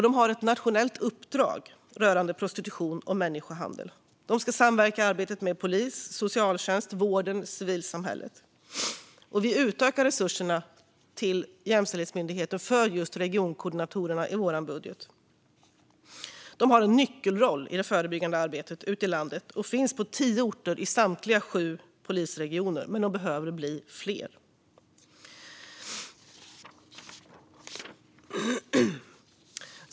De har ett nationellt uppdrag rörande prostitution och människohandel. De ska samverka arbetet med polis, socialtjänst, vården och civilsamhället. Vi utökar resurserna till Jämställdhetsmyndigheten för just regionkoordinatorerna i vår budget. De har en nyckelroll i det förebyggande arbetet ute i landet och finns på tio orter i samtliga sju polisregioner. Men de behöver bli fler.